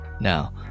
Now